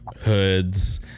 hoods